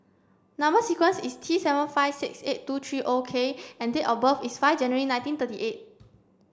number sequence is T seven five six eight two three O K and date of birth is five January nineteen thirty eight